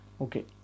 Okay